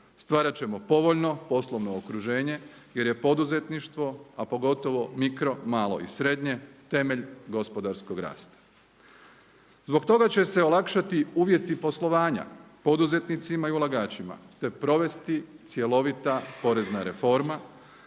Stvarat ćemo povoljno poslovno okruženje jer je poduzetništvo, a pogotovo micro, malo i srednje temelj gospodarskog rasta. Zbog toga će se olakšati uvjeti poslovanja poduzetnicima i ulagačima, te provesti cjelovita porezna reforma.